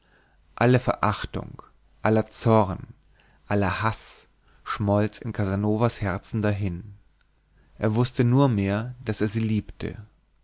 alle verachtung aller zorn aller haß schmolz in casanovas herzen dahin er wußte nur mehr daß er sie liebte